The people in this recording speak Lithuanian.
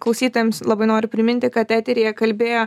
klausytojams labai noriu priminti kad eteryje kalbėjo